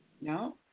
No